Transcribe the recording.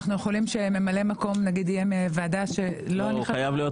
אנחנו יכולים שממלא מקום נגיד יהיה מהוועדה שלא אני חברה?